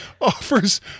offers